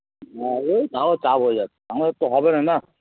হ্যাঁ ওই তাও চাপ হয়ে যাচ্ছে আমাদের তো হবে না না